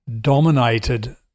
dominated